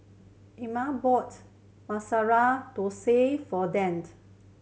Amira bought Masala Thosai for Dann